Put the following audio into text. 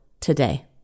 today